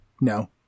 No